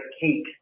cake